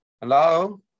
Hello